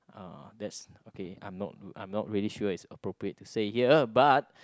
uh that's okay I'm not I'm not really sure is appropriate to say here but